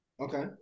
Okay